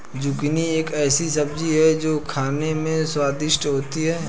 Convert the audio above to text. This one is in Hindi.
जुकिनी एक ऐसी सब्जी है जो खाने में स्वादिष्ट होती है